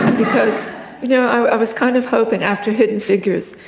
because you know i was kind of hoping, after hidden figures,